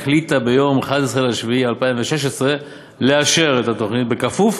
החליטה ביום 11 ביולי 2016 לאשר את התוכנית בכפוף